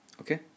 Okay